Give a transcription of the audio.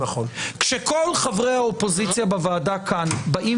כשכל חברי האופוזיציה בוועדה כאן באים